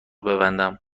ببندم